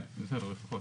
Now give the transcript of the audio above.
כן, לפחות.